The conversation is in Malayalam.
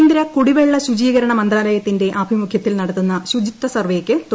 കേന്ദ്ര കുടിവെള്ള ശുചീകരണ മന്ത്രാലയത്തിന്റെ ആഭിമുഖൃത്തിൽ നടത്തുന്ന ശുചിത്വ സർവേയ്ക്ക് തുടക്കം